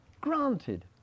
granted